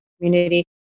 community